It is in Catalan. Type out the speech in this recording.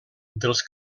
dels